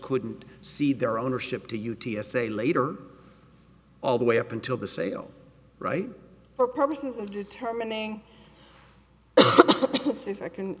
couldn't see their ownership to u t s a later all the way up until the sale right for purposes of determining if i can